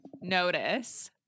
notice